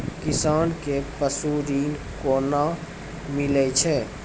किसान कऽ पसु ऋण कोना मिलै छै?